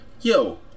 yo